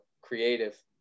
creative